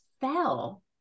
fell